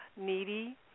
needy